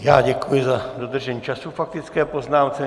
Já děkuji za dodržení času k faktické poznámce.